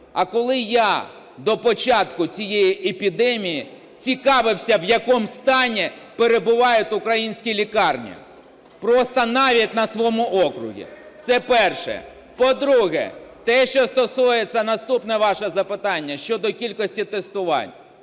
а коли я до початку цієї епідемії цікавився, в якому стані перебувають українські лікарні, просто навіть на своєму окрузі? Це перше. По-друге, те, що стосується, наступне ваше запитання, щодо кількості тестувань.